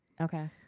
Okay